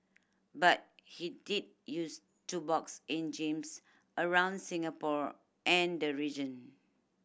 but he did use to box in gyms around Singapore and the region